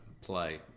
play